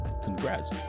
congrats